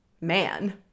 man